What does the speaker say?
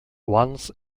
once